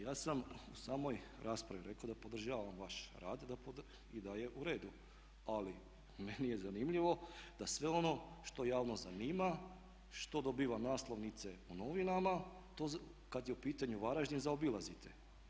Ja sam u samoj raspravi rekao da podržavam vaš rad i da je u redu, ali meni je zanimljivo da sve ono što javnost zanima, što dobiva naslovnice u novinama to kad je u pitanju Varaždin zaobilazite.